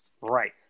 Right